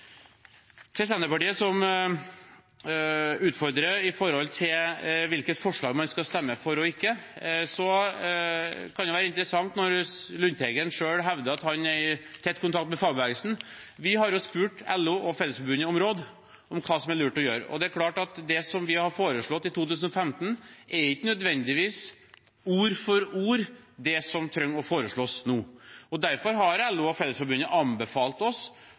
Til Senterpartiet, som utfordrer på hvilket forslag man skal stemme for og ikke, kan det være interessant når representanten Lundteigen selv hevder at han er i tett kontakt med fagbevegelsen: Vi har spurt LO og Fellesforbundet om råd om hva som er lurt å gjøre. Det er klart at det vi foreslo i 2015, ikke nødvendigvis er ord for ord det som foreslås nå. Derfor har LO og Fellesforbundet anbefalt oss